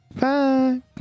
bye